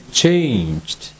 changed